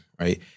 right